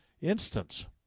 instance